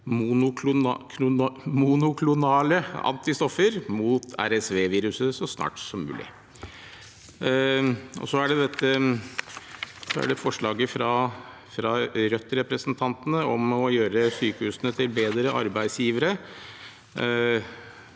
monoklonale antistoffer mot RSV-viruset så snart som mulig.» Så til forslaget fra Rødt-representanter om å gjøre sykehusene til bedre arbeidsgivere.